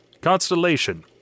Constellation